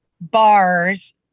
bars